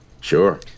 sure